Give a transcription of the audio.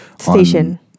Station